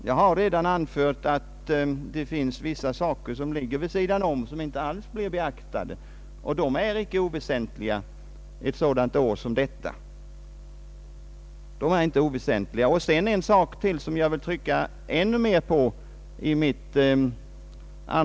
Jag har redan anfört att det finns vissa saker som ligger vid sidan om och som inte alls blir beaktade, men de är inte oväsentliga ett sådant år som detta. Så är det en annan sak som jag vill trycka ännu mera på.